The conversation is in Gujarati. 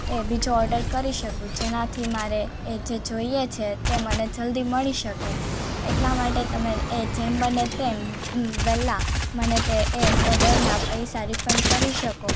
એ બીજો ઓર્ડર કરી શકું જેનાથી મારે એ જે જોઈએ છે તે મને જલ્દી મળી શકે એટલા માટે તમે એ જેમ બને તેમ વહેલાં મને તે એ ઓર્ડરના પૈસા રિફંડ કરી શકો